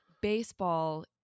baseball